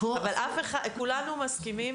אבל כולנו מסכימים